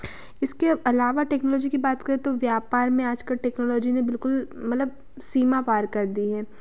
इसके अलावा टेक्नोलॉजी की बात करें तो व्यापार में आज कल टेक्नोलॉजी में बिलकल मतलब सीमा पार कर दी है